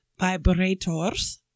Vibrators